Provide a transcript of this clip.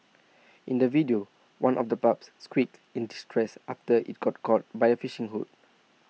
in the video one of the pups squeaked in distress after IT got caught by the fishing hook